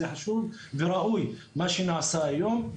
זה חשוב וראוי מה שנעשה היום.